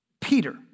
Peter